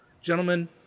Gentlemen